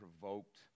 provoked